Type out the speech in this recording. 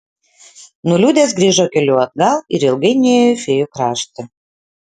nuliūdęs grįžo keliu atgal ir ilgai nėjo į fėjų kraštą